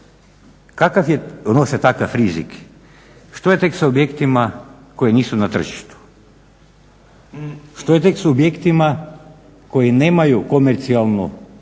keš, donose takav rizik, što je tek sa objektima koji nisu na tržištu? Što je tek s objektima koji nemaju komercijalnu